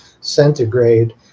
centigrade